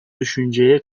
düşünceye